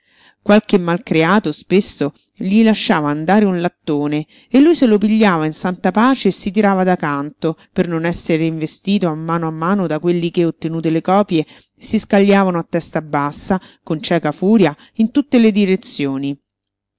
qualche malcreato spesso gli lasciava andare un lattone e lui se lo pigliava in santa pace e si tirava da canto per non essere investito a mano a mano da quelli che ottenute le copie si scagliavano a testa bassa con cieca furia in tutte le direzioni